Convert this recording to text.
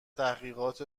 تحقیقات